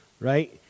right